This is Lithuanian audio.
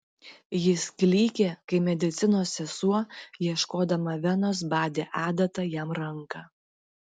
jis klykė kai medicinos sesuo ieškodama venos badė adata jam ranką